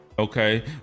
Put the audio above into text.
okay